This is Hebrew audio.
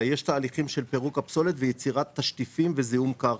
ויש תהליכים של פירוק הפסולת ויצירת תשטיפים וזיהום קרקע.